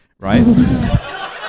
Right